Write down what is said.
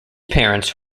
parents